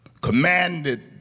commanded